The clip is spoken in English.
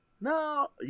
no